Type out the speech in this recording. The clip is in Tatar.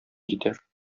китәр